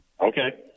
Okay